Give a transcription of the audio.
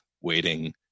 Waiting